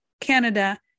Canada